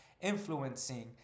influencing